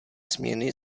změny